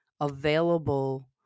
available